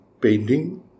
painting